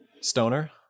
Stoner